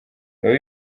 biba